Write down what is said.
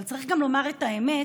אבל צריך גם לומר את האמת,